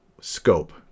scope